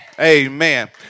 Amen